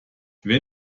wer